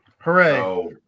Hooray